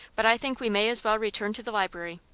but i think we may as well return to the library.